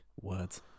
words